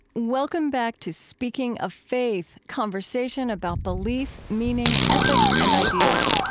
welcome back to speaking of faith, conversation about belief, meaning, ethics and ideas.